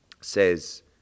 says